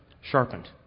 sharpened